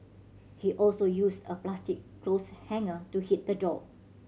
he also used a plastic clothes hanger to hit the dog